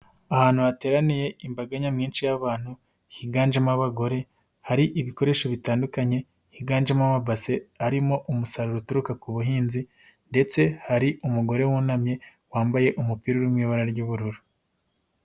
Ahantu hateraniye imbaga nyamwinshi y'abantu, higanjemo abagore, hari ibikoresho bitandukanye, higanjemo amabase, arimo umusaruro uturuka ku buhinzi, ndetse hari umugore wunamye, wambaye umupira uri mu ibara ry'ubururu.